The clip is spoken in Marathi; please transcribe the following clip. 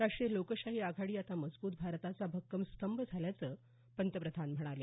राष्ट्रीय लोकशाही आघाडी आता मजबूत भारताचा भक्कम स्तंभ झाल्याचं पंतप्रधान म्हणाले